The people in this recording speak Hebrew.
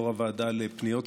יו"ר הוועדה לפניות הציבור,